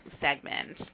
segment